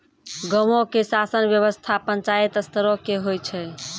गांवो के शासन व्यवस्था पंचायत स्तरो के होय छै